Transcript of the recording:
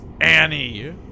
Annie